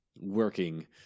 working